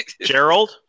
Gerald